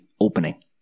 opening